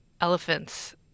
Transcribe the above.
elephants